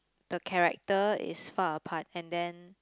the character is far apart and then